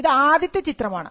ഇത് ആദ്യത്തെ ചിത്രമാണ്